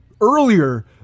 earlier